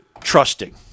trusting